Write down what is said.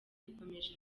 dukomeje